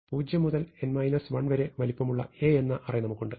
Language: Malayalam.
0 മുതൽ n 1 വരെ വലിപ്പമുള്ള A എന്ന അറേ നമുക്കുണ്ട്